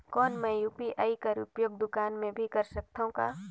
कौन मै यू.पी.आई कर उपयोग दुकान मे भी कर सकथव का?